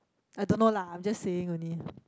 I don't know lah I am just saying only